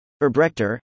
Erbrechter